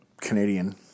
Canadian